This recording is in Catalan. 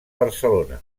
barcelona